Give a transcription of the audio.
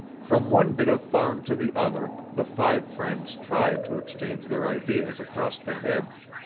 from one bit of farm to the other the five friends tried to exchange their ideas across the hedge.